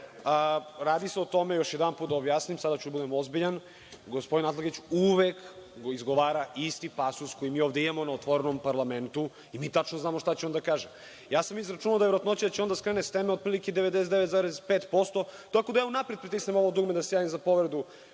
Radi se o tome, još jedanput da objasnim, sada ću da budem ozbiljan, gospodin Atlagić uvek izgovara isti pasus koji mi ovde imamo na otvorenom parlamentu i mi tačno znamo šta će on da kaže. Ja sam izračunao da je verovatnoća da će on da skrene sa teme otprilike 99,5%, tako da ja unapred pritisnem ovo dugme da se javim za povredu